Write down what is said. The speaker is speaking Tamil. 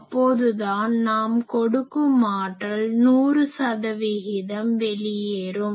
அப்போது தான் நாம் கொடுக்கும் ஆற்றல் 100 சதவிகிதம் வெளியேறும்